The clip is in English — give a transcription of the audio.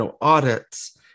audits